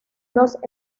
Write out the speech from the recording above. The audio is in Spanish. los